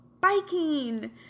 biking